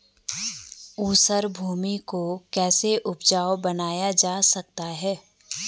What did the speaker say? ऊसर भूमि को कैसे उपजाऊ बनाया जा सकता है?